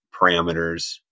parameters